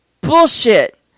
bullshit